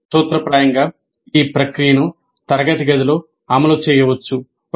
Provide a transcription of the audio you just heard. అంటే సూత్రప్రాయంగా ఈ ప్రక్రియను తరగతి గదిలో అమలు చేయవచ్చు